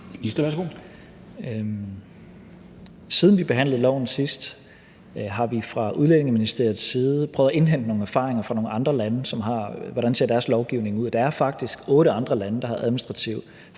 (Mattias Tesfaye): Siden vi behandlede loven sidst, har vi fra Udlændinge- og Integrationsministeriets side prøvet at indhente nogle erfaringer fra andre lande, med hensyn til hvordan deres lovgivning ser ud. Der er faktisk otte andre lande i Europa, der har administrativ